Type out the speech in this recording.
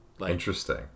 interesting